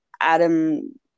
Adam